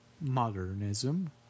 modernism